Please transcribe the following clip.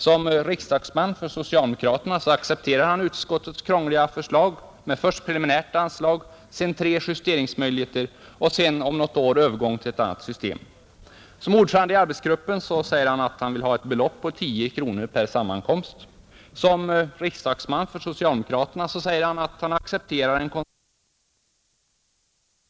Som riksdagsman för socialdemokraterna accepterar han utskottets krångliga förslag med först preliminärt anslag, sedan tre justeringsmöjligheter och därefter om något år övergång till ett annat system. Som ordförande i arbetsgruppen vill han ha ett belopp på tio kronor per sammankomst. Som riksdagsman för socialdemokraterna accepterar han en konstruktion som kan innebära ett mindre anslag. Som ordförande i arbetsgruppen vill han ha förslagsanslag. Som riksdagsman vill han ha reservationsanslag.